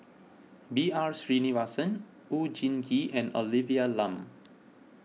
B R Sreenivasan Oon Jin Gee and Olivia Lum